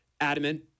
adamant